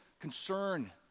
concern